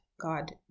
god